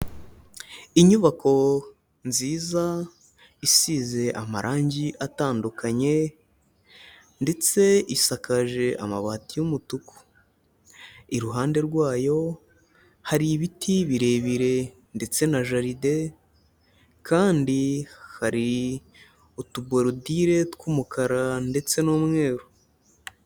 Inyubako nziza isize amarangi atandukanye, ndetse isakaje amabati y'umutuku, iruhande rwayo hari ibiti birebire ndetse na jaride, kandi hari utuborodire tw'umukara ndetse n'umweru.